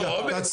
זעם.